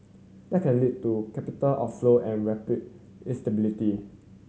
that can lead to capital outflow and rupiah instability